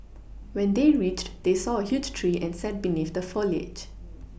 when they reached they saw a huge tree and sat beneath the foliage